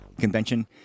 convention